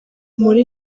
muri